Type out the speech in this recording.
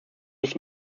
nicht